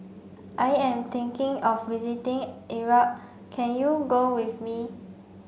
I am thinking of visiting Iraq can you go with me